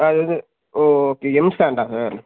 sir இது oh okay எம் சேண்டா சார்